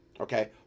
okay